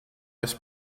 this